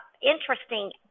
interesting